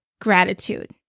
gratitude